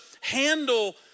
handle